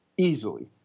Easily